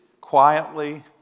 quietly